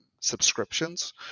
subscriptions